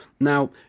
Now